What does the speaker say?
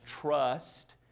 trust